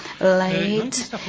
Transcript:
late